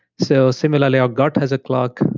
so similarly, our gut has a clock.